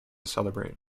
celebrate